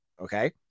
okay